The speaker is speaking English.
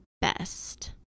best